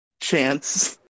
chance